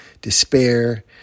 despair